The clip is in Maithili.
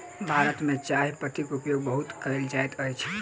भारत में चाह पत्तीक उपयोग बहुत कयल जाइत अछि